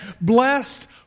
blessed